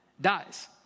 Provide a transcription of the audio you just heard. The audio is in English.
dies